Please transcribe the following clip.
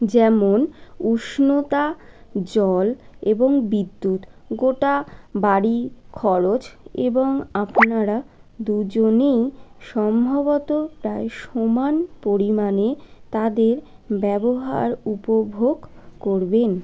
যেমন উষ্ণতা জল এবং বিদ্যুৎ গোটা বাড়ির খরচ এবং আপনারা দুজনেই সম্ভবত প্রায় সমান পরিমাণে তাদের ব্যবহার উপভোগ করবেন